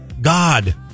God